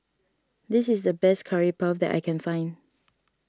this is the best Curry Puff that I can find